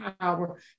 power